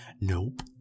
Nope